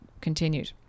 continued